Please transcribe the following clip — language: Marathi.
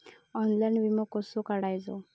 ऑनलाइन विमो कसो काढायचो?